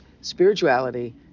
spirituality